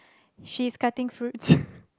she's cutting fruits